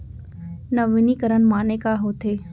नवीनीकरण माने का होथे?